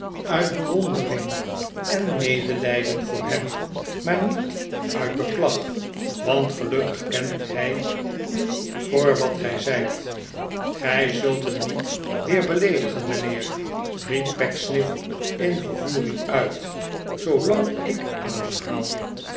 uit bewondering en medelijden voor hem maar niet uit beklag want gelukkig kent hij u voor wat gij zijt gij zult hem niet weer beleedigen mijnheer riep pecksniff in vervoering uit zooiang ik